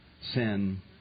sin